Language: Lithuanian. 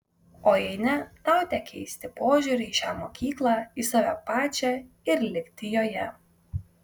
o jei ne tau tek keisti požiūrį į šią mokyklą į save pačią ir likti joje